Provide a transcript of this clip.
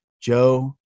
Joe